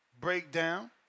breakdown